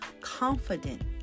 confident